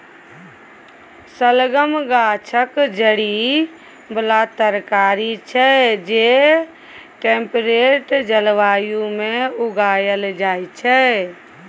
शलगम गाछक जड़ि बला तरकारी छै जे टेम्परेट जलबायु मे उगाएल जाइ छै